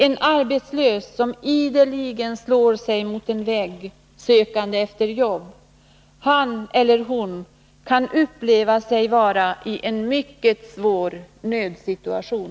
En arbetslös som ideligen slår sig mot en vägg, sökande efter jobb, kan uppleva sig vara i en mycket svår nödsituation.